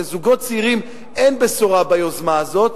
לזוגות צעירים אין בשורה ביוזמה הזאת.